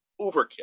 Overkill